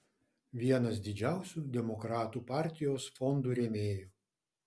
vienas didžiausių demokratų partijos fondų rėmėjų